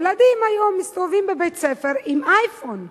הילדים היום מסתובבים בבית-הספר עם אייפון.